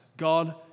God